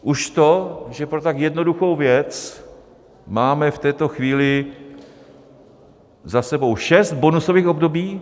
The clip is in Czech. Už to, že pro tak jednoduchou věc máme v této chvíli za sebou šest bonusových období.